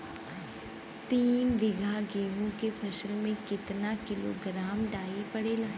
तीन बिघा गेहूँ के फसल मे कितना किलोग्राम डाई पड़ेला?